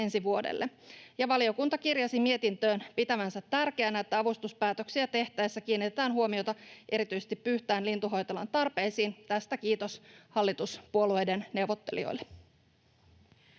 Valiokunta kirjasi mietintöön pitävänsä tärkeänä, että avustuspäätöksiä tehtäessä kiinnitetään huomiota erityisesti Pyhtään lintuhoitolan tarpeisiin. Tästä kiitos hallituspuolueiden neuvottelijoille.